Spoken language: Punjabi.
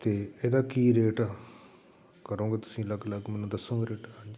ਅਤੇ ਇਹਦਾ ਕੀ ਰੇਟ ਕਰੋਗੇ ਤੁਸੀਂ ਅਲੱਗ ਅਲੱਗ ਮੈਨੂੰ ਦੱਸੋਗੇ ਰੇਟ ਹਾਂਜੀ